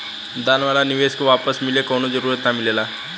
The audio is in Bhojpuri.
दान वाला निवेश के वापस मिले कवनो जरूरत ना मिलेला